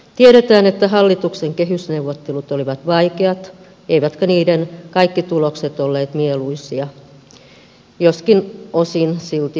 tiedetään että hallituksen kehysneuvottelut olivat vaikeat eivätkä niiden kaikki tulokset olleet mieluisia joskin osin silti välttämättömiä